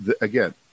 again